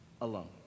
alone